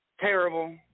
Terrible